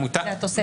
זו התוספת.